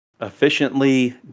efficiently